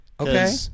Okay